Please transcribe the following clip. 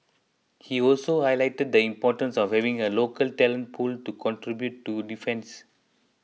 he also highlighted the importance of having a local talent pool to contribute to defence